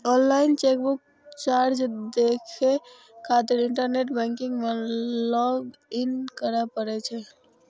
online chequebook charge देखै खातिर internet banking मे लॉग इन करै पड़ै छै